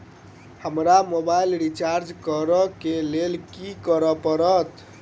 हमरा mobile recharge करऽ केँ लेल की करऽ पड़त?